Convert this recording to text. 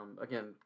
again